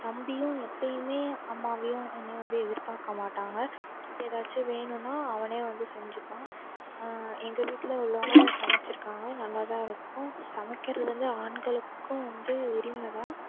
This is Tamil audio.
தம்பியும் எப்பேயுமே அம்மாவையும் என்னையும் வந்து எதிர்பார்க்க மாட்டாங்க இப்போ ஏதாச்சும் வேணுன்னால் அவனே வந்து செஞ்சுப்பான் எங்கள் வீட்டில் உள்ளவங்க சமைச்சிருக்காங்க நல்லா தான் இருக்கும் சமைக்கிறது வந்து ஆண்களுக்கும் வந்து உரிமை தான்